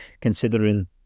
considering